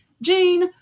Jean